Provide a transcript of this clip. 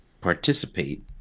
participate